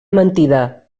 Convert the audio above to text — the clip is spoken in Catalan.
mentida